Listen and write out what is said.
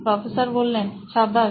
professor সাব্বাশ